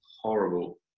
horrible